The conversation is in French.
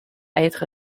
être